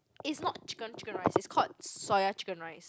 is not chicken chicken rice it's called soya chicken rice